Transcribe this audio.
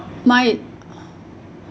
my